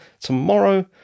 tomorrow